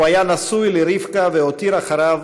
הוא היה נשוי לרבקה והותיר אחריו